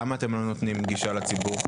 למה אתם לא נותנים גישה לציבור,